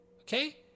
okay